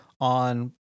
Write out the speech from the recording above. on